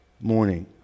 morning